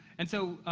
and so,